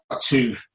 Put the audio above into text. two